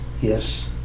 Yes